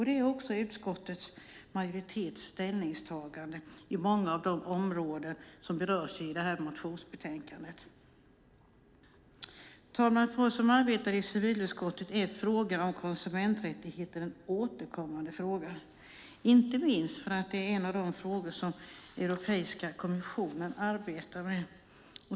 Det är också utskottets majoritets ställningstagande på många av de områden som berörs i detta motionsbetänkande. Herr talman! För oss som arbetar i civilutskottet är frågor om konsumenträttigheter en återkommande fråga, inte minst för att det är en av de frågor som Europeiska kommissionen arbetar med.